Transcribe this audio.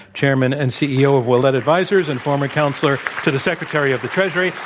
chairman and ceo of willett advisors and former counselor to the secretary of the treasury.